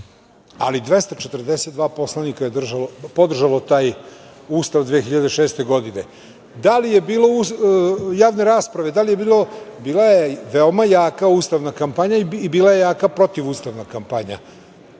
ali 242 poslanika je podržalo taj Ustav 2006. godine. Da li je bilo javne rasprave? Bila je veoma jaka ustavna kampanja i bila je jaka protivustavna kampanja.